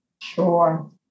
Sure